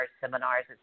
seminars